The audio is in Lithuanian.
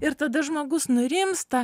ir tada žmogus nurimsta